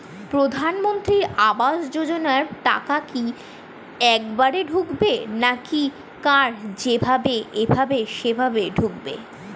প্রধানমন্ত্রী আবাস যোজনার টাকা কি একবারে ঢুকবে নাকি কার যেভাবে এভাবে সেভাবে ঢুকবে?